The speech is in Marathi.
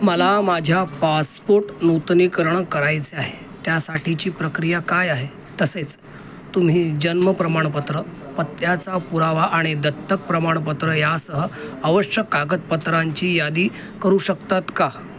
मला माझ्या पासपोट नूतनीकरण करायचे आहे त्यासाठीची प्रक्रिया काय आहे तसेच तुम्ही जन्म प्रमाणपत्र पत्त्याचा पुरावा आणि दत्तक प्रमाणपत्र यासह आवश्यक कागदपत्रांची यादी करू शकतात का